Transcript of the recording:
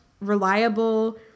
reliable